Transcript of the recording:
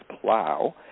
Plow